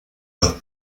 los